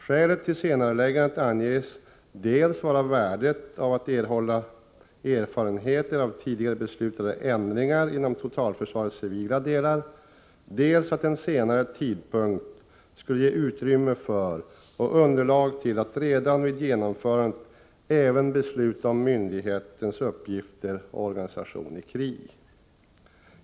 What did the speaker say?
Skälet till senareläggandet anges dels vara värdet av att erhålla erfarenhet av tidigare beslutade ändringar inom totalförsvarets civila delar, dels att en senare tidpunkt skulle ge utrymme för och underlag till att man redan vid genomförandet även beslutar om myndighetens uppgifter och organisation i krig.